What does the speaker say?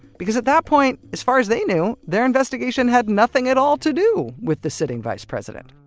because at that point as far as they knew their investigation had nothing at all to do with the sitting vice president!